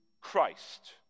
Christ